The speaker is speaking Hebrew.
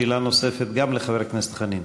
שאלה נוספת גם לחבר הכנסת חנין.